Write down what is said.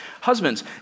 Husbands